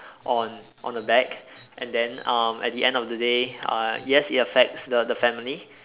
on on the bag and then uh at the end of the day uh yes it affects the the family